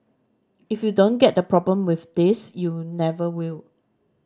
if you don't get the problem with this you never will